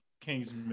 King's